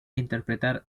interpretar